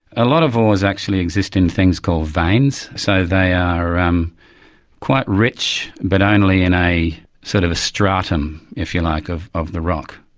a lot of ores actually exist in things called veins, so they are um quite rich, but only in a sort of a stratum, if you like, of of the rock.